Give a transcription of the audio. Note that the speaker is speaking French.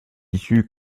issue